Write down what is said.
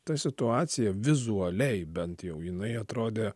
ta situacija vizualiai bent jau jinai atrodė